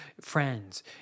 friends